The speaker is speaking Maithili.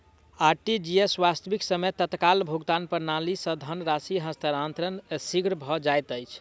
आर.टी.जी.एस, वास्तविक समय तत्काल भुगतान प्रणाली, सॅ धन राशि हस्तांतरण शीघ्र भ जाइत अछि